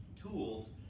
tools